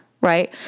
right